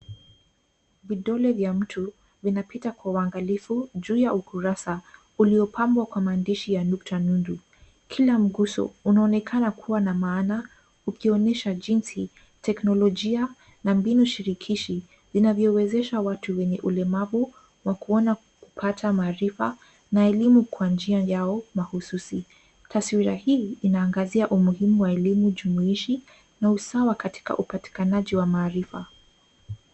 Vidole vya mtu vinapita kwa uangalifu juu ya ukurasa uliopambwa kwa maandishi ya nukta nundu. Kila mguso unaonekana kuwa na maana ukionyesha jinsi teknolojia na mbinu shirikishi vinavyowezesha watu wenye ulemavu wa kuona kupata maarifa na elimu kwa njia yao mahususi. Taswira hii inaangazia umuhimu wa elimu jumuishi na usawa katika upatikanaji wa maarifa.